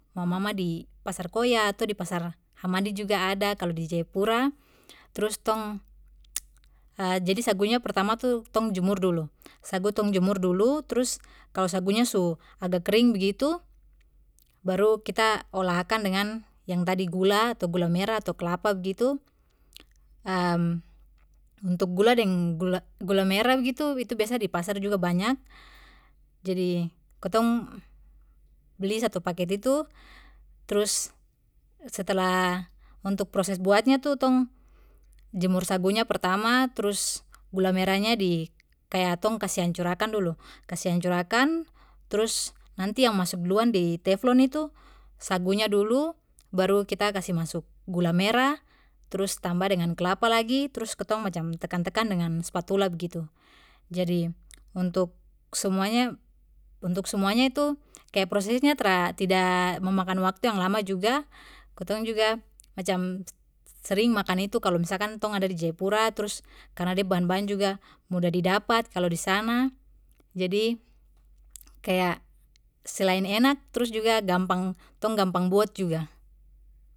Mama mama di pasar koya ato di pasar hamadi juga ada kalo di jayapura trus tong jadi sagunya pertama tu tong jemur dulu sagu tong jemur dulu trus kalo sagunya su agak kering begitu baru kita olah akan dengan yang tadi gula ato gula merah ato kelapa begitu untuk gula deng gula merah begitu itu di pasar juga banyak jadi kitong beli satu paket itu trus setelah untuk proses buatnya itu tong jemur sagunya pertama trus gula merahnya di kaya tong kasih hancur akan dulu kasih hancur akan trus nanti yang masuk duluan di teflon itu sagunya dulu baru kita kasih masuk gula merah trus tambah dengan kelapa lagi trus kitong macam tekan tekan dengan spatula begitu, jadi untuk semuanya, untuk semuanya itu kaya prosesnya tra tidak memakan waktu yang lama juga kitong juga macam sering makan itu kalo misalkan tong ada di jayapura trus karna de bahan bahan juga mudah didapat kalo disana jadi kaya selain enak trus juga gampang tong gampang buat juga.